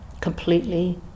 completely